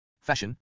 fashion